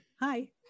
hi